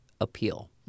appeal